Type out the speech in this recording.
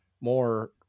more